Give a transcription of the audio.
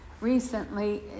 recently